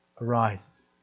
arises